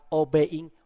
obeying